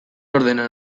ordena